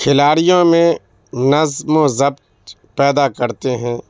کھلاڑیوں میں نظم و ضبط پیدا کرتے ہیں